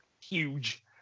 huge